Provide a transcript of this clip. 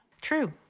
True